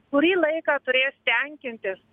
kurį laiką turės tenkintis